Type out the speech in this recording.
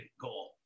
goal